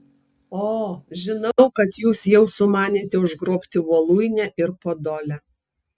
o žinau kad jūs jau sumanėte užgrobti voluinę ir podolę